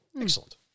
Excellent